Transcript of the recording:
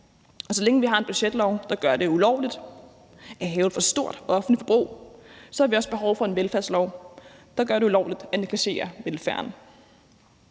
Og så længe vi har en budgetlov, der gør det ulovligt at have et for stort offentligt forbrug, har vi også behov for en velfærdslov, der gør det ulovligt at negligere velfærden.